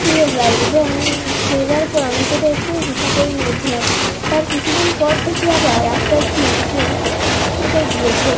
ছিঁড়ে যায় এবং ছিঁড়ে যাওয়ার পর আমি সেটা একটু রিপু করে নিয়েছিলাম তার কিছু দিন পর দেখি আবার একটা চেন কেটে গিয়েছে